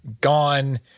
gone